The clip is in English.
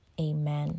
amen